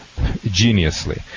geniusly